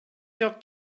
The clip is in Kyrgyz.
жок